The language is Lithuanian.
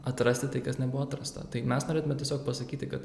atrasti tai kas nebuvo atrasta tai mes norėtume tiesiog pasakyti kad